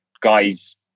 guys